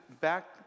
back